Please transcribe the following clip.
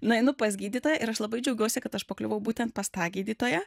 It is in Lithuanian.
nueinu pas gydytoją ir aš labai džiaugiuosi kad aš pakliuvau būtent pas tą gydytoją